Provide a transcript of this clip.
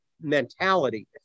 mentality